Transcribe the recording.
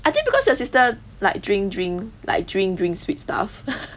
I think because your sister like drink drink like drink drink sweet stuff